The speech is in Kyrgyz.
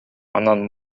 анан